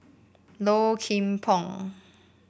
Low Kim Pong